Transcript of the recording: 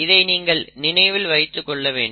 இதை நீங்கள் நினைவில் கொள்ள வேண்டும்